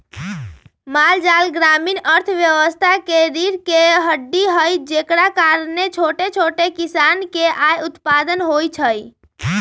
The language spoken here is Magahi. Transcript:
माल जाल ग्रामीण अर्थव्यवस्था के रीरह के हड्डी हई जेकरा कारणे छोट छोट किसान के आय उत्पन होइ छइ